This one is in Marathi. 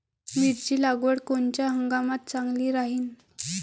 मिरची लागवड कोनच्या हंगामात चांगली राहीन?